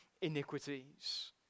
iniquities